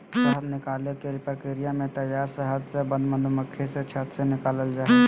शहद निकालने के प्रक्रिया में तैयार शहद से बंद मधुमक्खी से छत्त से निकलैय हइ